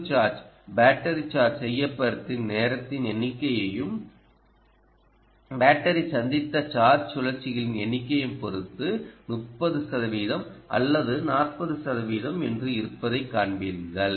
முழு charge battery charge செய்யப்பட்ட நேரத்தின் எண்ணிக்கையையும் பேட்டரி சந்தித்த சார்ஜ் சுழற்சிகளின் எண்ணிக்கையையும் பொறுத்து 30 சதவிகிதம் அல்லது 40 சதவிகிதம் என்று இருப்பதை காண்பீர்கள்